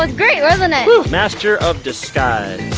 like great wasn't it! whoo! master of disguise!